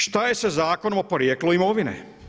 Šta je sa Zakonom o porijeklu imovine?